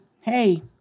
hey